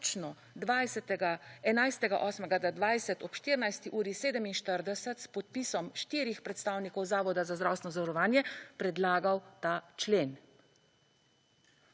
točno 11. 8. 2020 ob 14. uri 47, s podpisom štirih predstavnikov Zavoda za zdravstveno zavarovanje, predlagal ta člen.